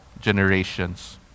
generations